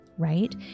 Right